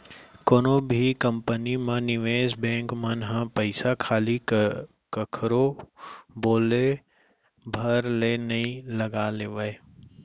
कोनो भी कंपनी म निवेस बेंक मन ह पइसा खाली कखरो बोले भर ले नइ लगा लेवय